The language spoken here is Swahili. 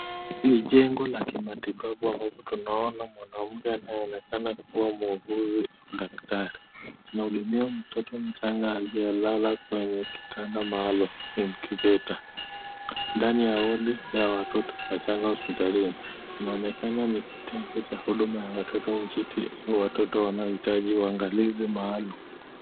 Ni jengo la kimatibabu ambapo tunaona mwanaume anayeonekana kuwa muuguzi daktari, anahudumia mtoto mchanga aliyelala kwenye kitanda maalum incubator ndani ya wodi ya watoto wachanga hospitalini inaonekana ni kitengo cha huduma ya watoto njiti au watoto wanaohitaji uangalizi maalum.